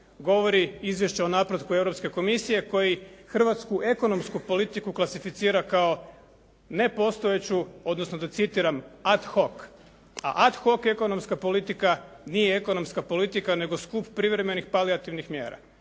govori izvješće o napretku Europske komisije koji hrvatsku ekonomsku politiku klasificira kao nepostojeću, odnosno da citiram "ad hoc". A "ad hoc" ekonomska politika nije ekonomska politika, nego skup privremenih palijativnih mjera